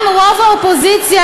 גם רוב האופוזיציה,